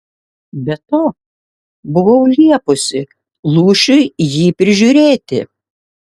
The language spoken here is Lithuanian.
be to buvau liepusi lūšiui jį prižiūrėti